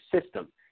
system